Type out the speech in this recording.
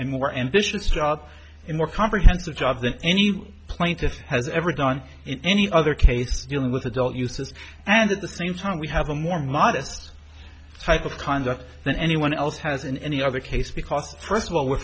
and more ambitious job and more comprehensive job than any plaintiff has ever done in any other case dealing with adult uses and at the same time we have a more modest type of conduct than anyone else has in any other case because first of all we're